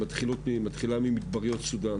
מתחילה ממדבריות סודן